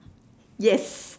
yes